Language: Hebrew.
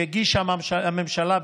שהגישה הממשלה,